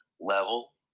level